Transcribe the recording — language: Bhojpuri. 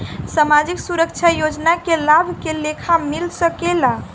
सामाजिक सुरक्षा योजना के लाभ के लेखा मिल सके ला?